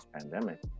pandemic